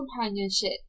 companionship